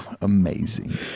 Amazing